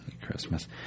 Christmas